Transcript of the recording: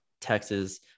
Texas